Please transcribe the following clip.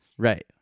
Right